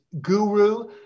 Guru